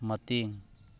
ꯃꯇꯦꯡ